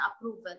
approval